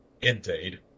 Indeed